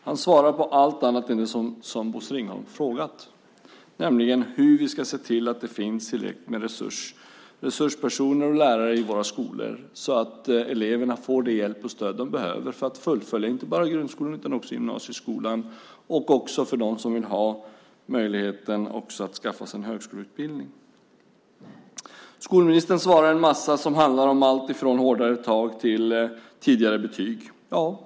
Han svarar på allt annat än det som Bosse Ringholm har frågat, nämligen hur ska vi se till att det finns tillräckligt med resurspersoner och lärare i våra skolor så att eleverna får den hjälp och det stöd som de behöver för att fullfölja inte bara grundskolan utan också gymnasieskolan och att det finns hjälp och stöd för dem som vill ha möjligheten att skaffa sig en högskoleutbildning. Skolministern svarade en massa som handlar om allt från hårdare tag till att ge betyg tidigare.